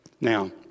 Now